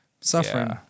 suffering